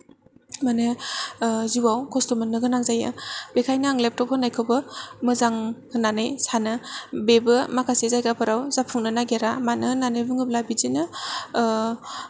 माने जिउआव खस्ट' मोन्नो गोनां जायो बेखायनो आं लेपटप होनाखौबो मोजां होन्नानै सानो बेबो माखासे जायगाफोराव जाफुंनो नागेरा मानो होन्नानै बुङोब्ला बिदिनो